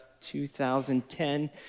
2010